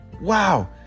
Wow